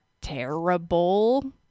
terrible